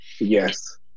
Yes